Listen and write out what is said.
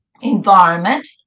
environment